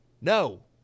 no